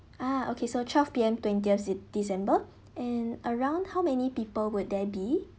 ah okay so twelve P_M twentieth de~ december and around how many people would there be